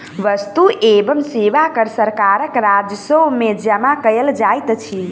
वस्तु एवं सेवा कर सरकारक राजस्व में जमा कयल जाइत अछि